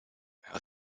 how